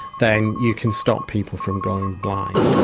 then you can stop people from going blind.